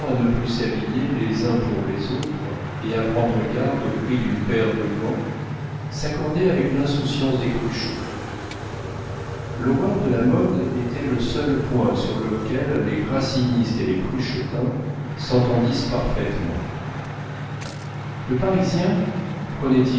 ne plus s'habiller les uns pour les autres et à prendre garde au prix d'une paire de gants s'accordait avec l'insouciance des cruchot l'horreur de la mode était le seul point sur lequel les grassinistes et les cruchotins s'entendissent parfaitement le parisien